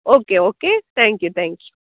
okay okay thank you thank you